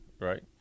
right